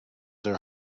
their